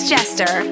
Jester